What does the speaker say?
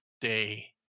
day